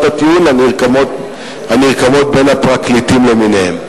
הטיעון הנרקמות בין הפרקליטים למיניהם.